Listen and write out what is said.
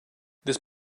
this